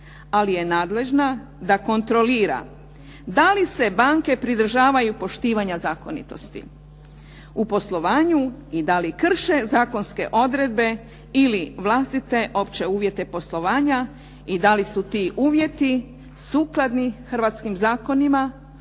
ali je nadležna da kontrolira da li se banke pridržavaju poštivanja zakonitosti u poslovanju i da li krše zakonske odredbe ili vlastite opće uvjete poslovanja i da li su ti uvjeti sukladni hrvatskim zakonima.